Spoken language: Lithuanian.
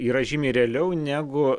yra žymiai realiau negu